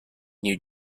new